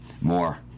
More